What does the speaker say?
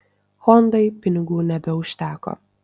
hondai pinigų nebeužteko